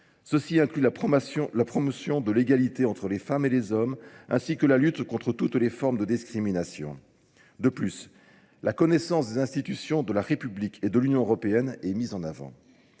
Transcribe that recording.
Ceci inclut la promotion de l'égalité entre les femmes et les hommes, ainsi que la lutte contre toutes les formes de discrimination. De plus, la connaissance des institutions de la République et de l'Union européenne est mise en avant.